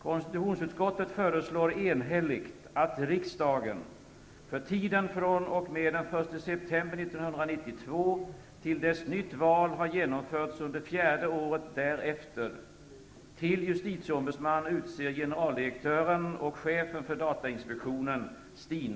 Konstitutionsutskottet föreslår enhälligt att riksdagen för tiden fr.o.m. den 1 september 1992 till dess att nytt val har genomförts under fjärde året därefter till justitieombudsman utser generaldirektören och chefen för datainspektionen